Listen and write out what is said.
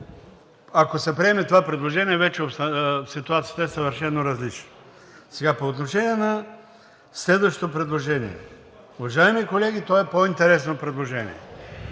Ако се приеме това предложение, ситуацията вече е съвсем различна. По отношение на следващото предложение. Уважаеми колеги, то е по-интересно. Преди